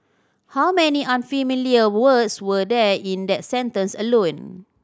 how many unfamiliar words were there in that sentence alone